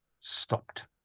stopped